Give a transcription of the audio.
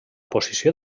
posició